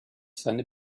seine